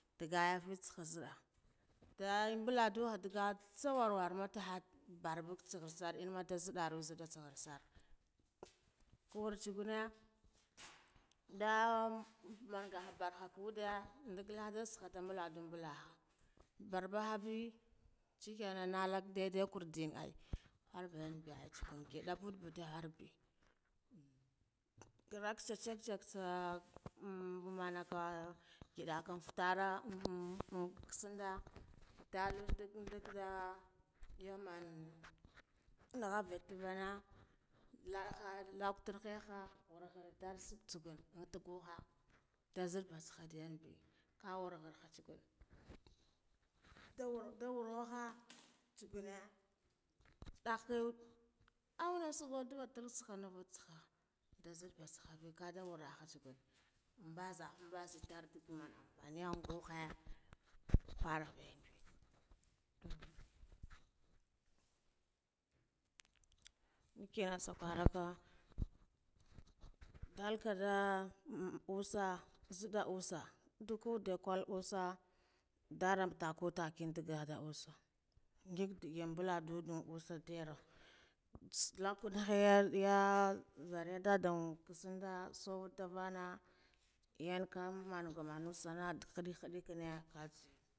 Ndaga ya metsa nɗa bala duha nga tsawar warma taha barbai tsahar sar ennama nzidde ziddara tsahe sar, wartsagunu nda manga barguhade ndag laddi nbaladan bulah barba habe shekenan nalag daidai kurde ai, orhan ngida girakh tsah isah manaka ngidah fattara imm ndulude ndugm ndikira yaman nhabi ndavana, laha lakuktur diha warkhar ndatagaha, nda nzidabi khuwar clowar duwar ngaha itsaguna daghe aunasugu dorisaha nda nzidde batsaha ambava nga nguhe harbi ikiya isa kwaraka ndalka nda usa nzeda usa ndukude kul usa ndiram taka take ndagada usa ngig ndadi baladu usa haru lakunhe ya zarya dadan ku sundah ankona yonkam monaga managa usana dakh